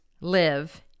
live